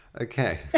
Okay